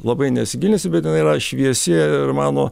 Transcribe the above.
labai nesigilinsiu bet yra šviesi ir mano